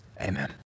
amen